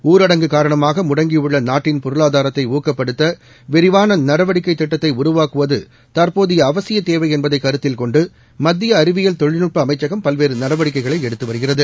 ஊரடங்கு காரணமாக முடங்கியுள்ள நாட்டின் பொருளாதாரத்தை ஊக்கப்படுத்த விரிவாள நடவடிக்கை திட்டத்தை உருவாக்குவது தற்போதைய அவசிய தேவை என்பதை கருத்தில்கொண்டு மத்திய அறிவியில் தொழில்நுட்ப அமைச்சகம் பல்வேறு நடவடிக்கைகளை எடுத்து வருகிறது